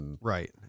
Right